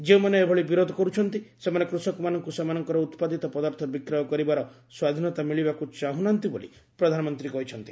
ଯେଉଁମାନେ ଏଭଳି ବିରୋଧ କରୁଛନ୍ତି ସେମାନେ କୃଷକମାନଙ୍କୁ ସେମାନଙ୍କ ଉତ୍ପାଦିତ ପଦାର୍ଥ ବିକ୍ରୟ କରିବାର ସ୍ୱାଧୀନତା ମିଳିବାକୁ ଚାହୁଁନାହାନ୍ତି ବୋଲି ପ୍ରଧାନମନ୍ତ୍ରୀ କହିଛନ୍ତି